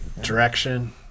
direction